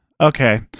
Okay